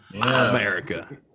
America